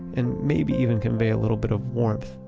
and maybe even convey a little bit of warmth.